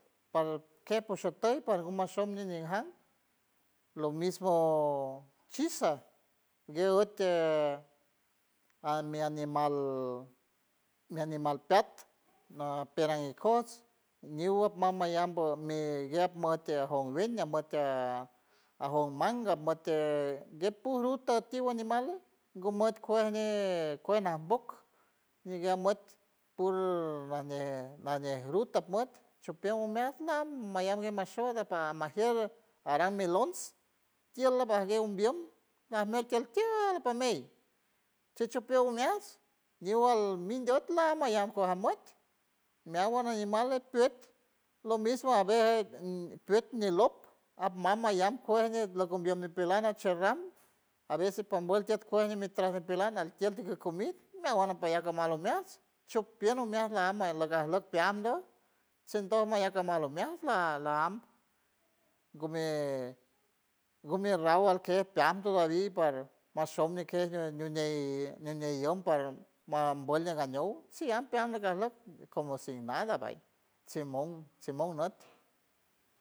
Para ke pushul tey para guma shom niñinja lo mismo chiza gue yete ame animal mi animal peat nan pera ikots niuwa mama yambo mia guea mot matia ajon meanga amotie guet puru te tigua animale guman cueje ñee cuej namboj nigue amot puru nane nane ruta armot chupion umiat nam mayam gue mashora par majiere aram melons tiola bague umbiolm amet ti altiiuuul po mey tichipiold meas niugal mindiold la am mayam cuaja muat meawand animale peet lo mismo a veces en pett nilok apmam mayam cuejen ñer loque nipelara acherriam a veces pomvuelte cuejeñi mi traj ñipelana altield diki ri comid meawand najña peland de que alomiats chupiald lumians laam mayar arlok peamdio sundoy mayak lo que alomiat la laam gumi gumi rau alquel peando varij para mashom mi ke ñiuñey ñiuñey ñou parom mar vuold legañou si yam peat magañou arlok como si nada vaya simon simon nat.